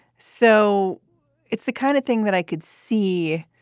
so it's the kind of thing that i could see.